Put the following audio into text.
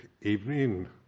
evening